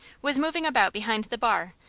was moving about behind the bar,